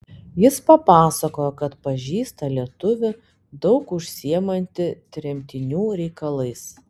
jis papasakojo kad pažįsta lietuvį daug užsiimantį tremtinių reikalais